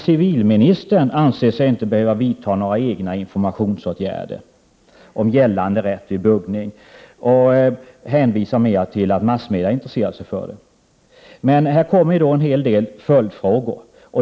Civilministern anser sig emellertid inte behöva vidta några egna informationsåtgärder om gällande rätt vid buggning. Han hänvisar mera till att massmedia intresserat sig för det. Det ger upphov till en hel del följdfrågor.